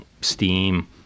steam